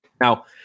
Now